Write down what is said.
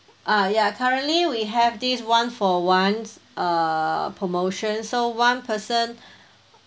ah ya currently we have these one for one uh promotion so one person